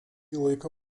laiką